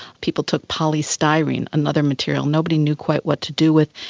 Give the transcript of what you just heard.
people took polystyrene, another material nobody knew quite what to do with,